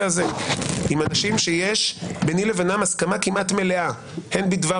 הזה עם אנשים שיש ביני לבינם הסכמה כמעט מלאה הן בדבר